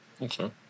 Okay